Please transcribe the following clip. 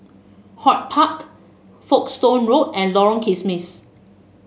HortPark Folkestone Road and Lorong Kismis